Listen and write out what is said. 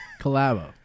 Collabo